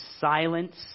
silence